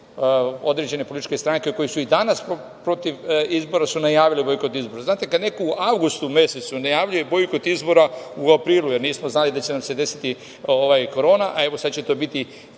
određene političke stranke koje su i danas protiv izbora su najavile bojkot izbora. Znate, kada neko u avgustu mesecu najavljuje bojkot izbora u aprilu, jer nismo znali da će nam se desiti korona, a evo sada će to biti